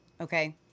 Okay